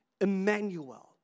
Emmanuel